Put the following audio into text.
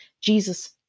Jesus